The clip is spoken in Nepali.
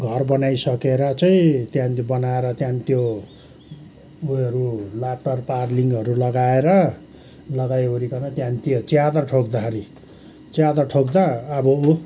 घर बनाइ सकेर चाहिँ त्यहाँदेखि बनाएर त्यहाँदेखि त्यो उयोहरू लापर पारलिङहरू लगाएर लगाइवरिकन त्यहाँदेखि त्यो च्यादर ठोक्दाखेरि च्यादर ठोक्दा अब ऊ